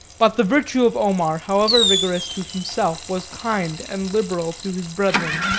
but the virtue of omar, however rigorous to himself, was kind and liberal to his brethren.